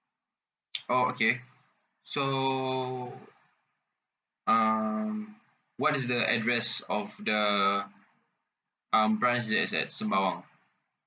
orh okay so um what is the address of the um branch that is at sembawang